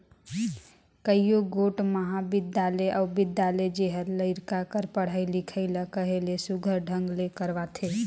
कइयो गोट महाबिद्यालय अउ बिद्यालय जेहर लरिका कर पढ़ई लिखई ल कहे ले सुग्घर ढंग ले करवाथे